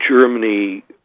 Germany